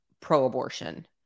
pro-abortion